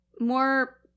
more